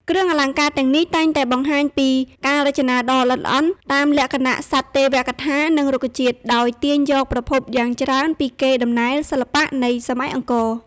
គ្រឿងអលង្ការទាំងនេះតែងតែបង្ហាញពីការរចនាដ៏ល្អិតល្អន់តាមលក្ខណ:សត្វទេវកថា និងរុក្ខជាតិ ដោយទាញយកប្រភពយ៉ាងច្រើនពីកេរដំណែលសិល្បៈនៃសម័យអង្គរ។